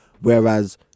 Whereas